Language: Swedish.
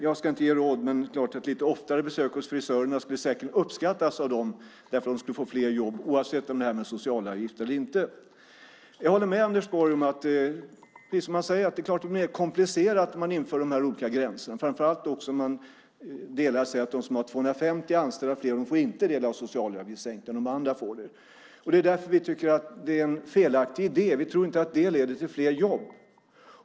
Jag ska inte ge råd, men något tätare besök hos frisörerna skulle säkert uppskattas av dem eftersom de får fler jobb, oavsett socialavgifterna. Jag håller med Anders Borg om att det är mer komplicerat om man inför de olika gränserna. Man säger att de som har 250 anställda och fler inte får del av socialavgiftssänkningen, men de andra får det. Därför tycker vi att det är en felaktig idé. Vi tror inte att det leder till fler jobb.